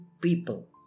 people